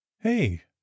Hey